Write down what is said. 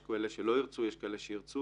יש כאלה שלא ירצו, יש כאלה שירצו.